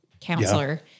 counselor